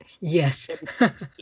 Yes